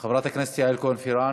חברת הכנסת יעל כהן-פארן,